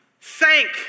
thank